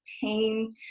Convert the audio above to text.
team